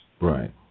Right